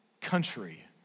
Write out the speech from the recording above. country